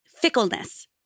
fickleness